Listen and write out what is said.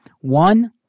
One